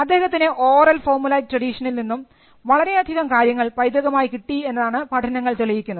അദ്ദേഹത്തിന് oral formulaic ട്രഡിഷനിൽ നിന്നും വളരെയധികം കാര്യങ്ങൾ പൈതൃകമായി കിട്ടി എന്നാണ് പഠനങ്ങൾ തെളിയിക്കുന്നത്